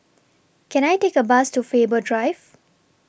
Can I Take A Bus to Faber Drive